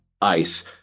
ice